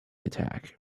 attack